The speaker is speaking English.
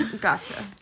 gotcha